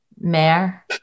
Mayor